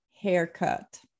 haircut